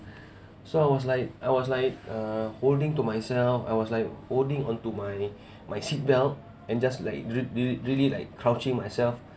so I was like I was like uh holding to myself I was like holding onto my my seatbelt and just like re~ re~ really like crouching myself